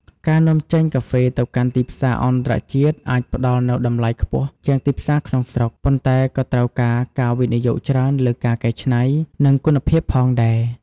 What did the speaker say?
ការនាំចេញកាហ្វេទៅកាន់ទីផ្សារអន្តរជាតិ អាចផ្តល់នូវតម្លៃខ្ពស់ជាងទីផ្សារក្នុងស្រុក ប៉ុន្តែក៏ត្រូវការការវិនិយោគច្រើនលើការកែច្នៃ និងគុណភាពផងដែរ។